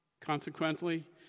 Consequently